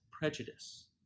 prejudice